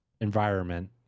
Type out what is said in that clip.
environment